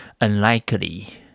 Unlikely